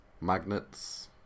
Magnets